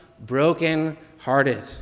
broken-hearted